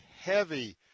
heavy